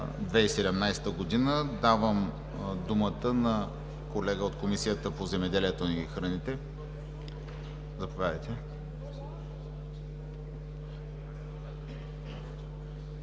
2017 г. Давам думата на колега от Комисията по земеделието и храните. Заповядайте,